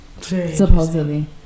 Supposedly